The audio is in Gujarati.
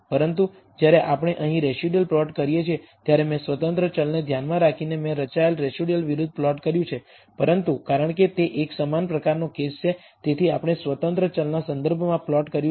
પરંતુ જ્યારે આપણે અહીં રેસિડયુઅલ પ્લોટ કરીએ છીએ ત્યારે મેં સ્વતંત્ર ચલને ધ્યાનમાં રાખીને મેં રચાયેલ રેસિડયુઅલ વિરુદ્ધ પ્લોટ કર્યું છે પરંતુ કારણ કે તે એક સમાન પ્રકારનો કેસ છે તેથી આપણે સ્વતંત્ર ચલના સંદર્ભમાં પ્લોટ કર્યું છે